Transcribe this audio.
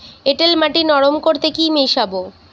এঁটেল মাটি নরম করতে কি মিশাব?